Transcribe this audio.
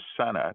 Senate